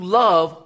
love